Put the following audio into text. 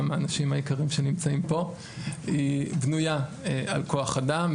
האנשים היקרים שנמצאים פה בנויה על כוח-אדם,